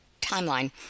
timeline